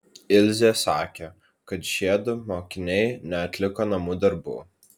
ilzė sakė kad šiedu mokiniai neatliko namų darbų